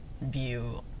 view